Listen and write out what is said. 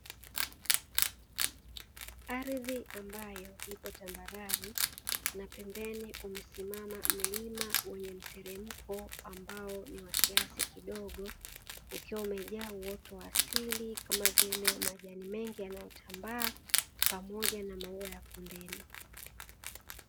Ardhi ambayo ipo tambarare na pembeni umesimama mlima wenye mteremko ambao ni wa kiasi kidogo, ukiwa umejaa uoto wa asili kama vile majani mengi yanayotambaa, pamoja na maua ya kondeni.